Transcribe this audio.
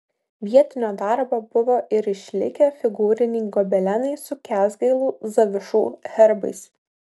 vietinio darbo buvo ir išlikę figūriniai gobelenai su kęsgailų zavišų herbais